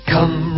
Come